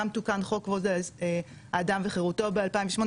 גם תוקן חוק כבוד האדם וחירותו ב- 2008,